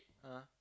(uh huh)